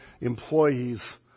employees